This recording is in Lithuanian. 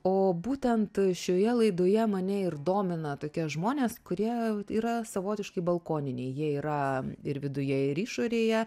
o būtent šioje laidoje mane ir domina tokie žmonės kurie yra savotiškai balkoniniai jie yra ir viduje ir išorėje